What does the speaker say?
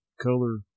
color